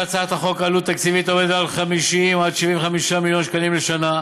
להצעת החוק עלות תקציבית של 50 75 מיליון שקלים לשנה.